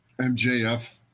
MJF –